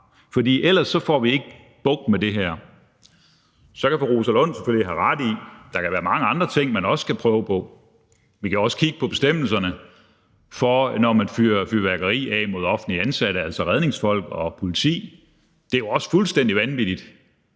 for ellers får vi ikke bugt med det her. Så kan fru Rosa Lund selvfølgelig have ret i, at der kan være mange andre ting, man også kan prøve at gøre – vi kan også kigge på bestemmelserne i forhold til at fyre fyrværkeri af mod offentligt ansatte, altså redningsfolk og politi. Det er jo også fuldstændig vanvittigt,